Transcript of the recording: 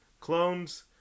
clones